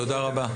תודה רבה.